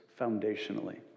foundationally